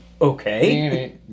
Okay